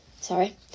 Sorry